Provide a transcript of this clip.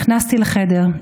נכנסתי לחדר.